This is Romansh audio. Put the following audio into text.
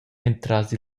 entras